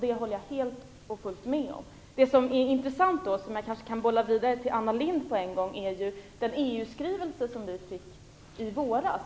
Det håller jag helt och fullt med om. Det som är intressant, och som jag kanske på en gång kan bolla vidare till Anna Lindh, är den EU skrivelse som vi fick i våras.